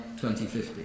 2050